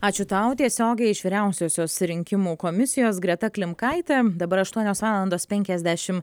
ačiū tau tiesiogiai iš vyriausiosios rinkimų komisijos greta klimkaitė dabar aštuonios valandos penkiasdešim